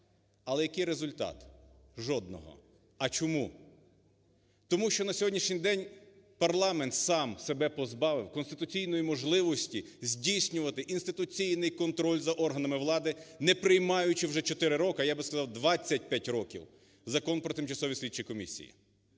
Але який результат? Жодного. А чому? Тому що на сьогоднішній день парламент сам себе позбав конституційної можливості здійснювати інституційний контроль за органами влади, не приймаючи вже 4 роки, а я би сказав 25 років, Закон про тимчасові слідчі комісії.